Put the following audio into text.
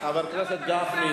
למה אתה כופה עלי?